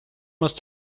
must